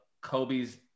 Kobe's